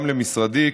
גם למשרדי,